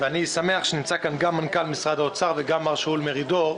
ואני שמח שנמצא כאן גם מנכ"ל משרד האוצר וגם מר שאול מרידור,